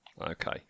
Okay